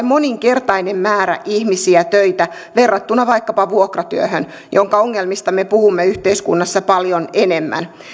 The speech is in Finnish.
moninkertainen määrä ihmisiä töitä verrattuna vaikkapa vuokratyöhön jonka ongelmista me puhumme yhteiskunnassa paljon enemmän